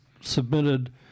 submitted